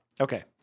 Okay